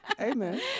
Amen